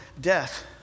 death